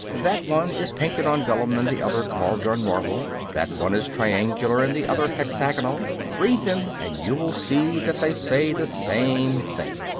that one is painted on vellum and the other carved on marble, that one is triangular and the other hectagonal read them and you will see that they say the same thing.